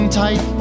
tight